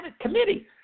committee